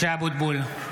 (קורא בשמות חברי הכנסת) משה אבוטבול,